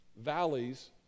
Valleys